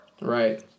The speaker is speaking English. Right